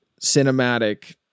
cinematic